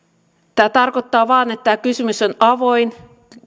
tämä tarkoittaa vain sitä että tämä kysymys on avoin